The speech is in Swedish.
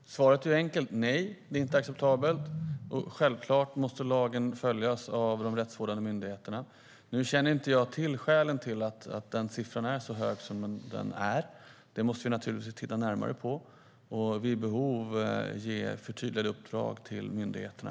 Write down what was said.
Herr talman! Svaret är enkelt: Nej, det är inte acceptabelt. Självklart måste lagen följas av de rättsvårdande myndigheterna. Nu känner jag inte till skälen till att den siffran är så hög som den är. Det måste vi naturligtvis titta närmare på och vid behov ge förtydligade uppdrag till myndigheterna.